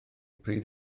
pryd